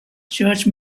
church